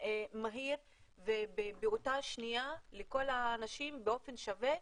מהיר ובאותה שניה לכל האנשים באופן שווה,